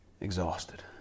exhausted